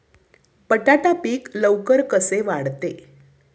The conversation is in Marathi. बटाटा पीक लवकर कसे वाढते?